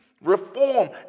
Reform